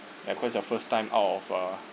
ya cause it's the first time out of uh